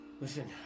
Listen